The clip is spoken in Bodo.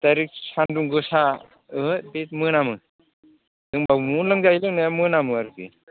दाइरेक्ट सान्दुं गोसा ओहो बे मोनामो न'आव लोंजायो लोंनाया मोनामो आरोखि